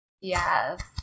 Yes